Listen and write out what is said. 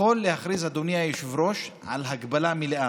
יכול להכריז, אדוני היושב-ראש, על הגבלה מלאה.